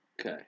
Okay